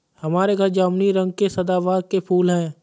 हमारे घर जामुनी रंग के सदाबहार के फूल हैं